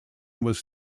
was